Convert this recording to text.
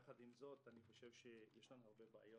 יחד עם זאת, יש לנו הרבה בעיות.